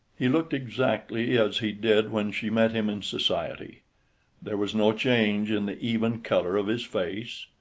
he looked exactly as he did when she met him in society there was no change in the even color of his face,